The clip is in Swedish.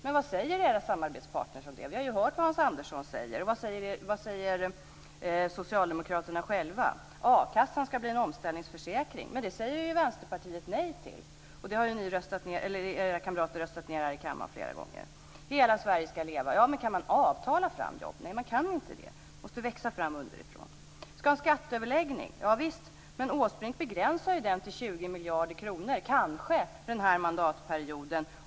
Men vad säger era samarbetspartner om det? Vi har ju hört vad Hans Andersson säger. Och vad säger socialdemokraterna själva? A-kassan skall bli en omställningsförsäkring. Men det säger ju Vänsterpartiet nej till, och det har era kamrater röstat ned här i kammaren flera gånger. Hela Sverige skall leva. Men kan man avtala fram jobb? Nej, man kan inte det. Det måste växa fram underifrån. Man skall ha en skatteöverläggning. Javisst! Men Åsbrink begränsar ju den till 20 miljarder kronor - kanske - den här mandatperioden.